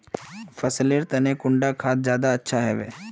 फसल लेर तने कुंडा खाद ज्यादा अच्छा हेवै?